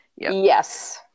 yes